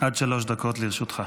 עד שלוש דקות לרשותך.